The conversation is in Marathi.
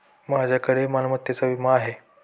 माझ्याकडे मालमत्तेचा विमा आहे